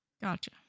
Gotcha